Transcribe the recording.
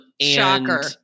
Shocker